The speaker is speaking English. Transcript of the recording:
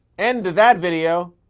end of that video.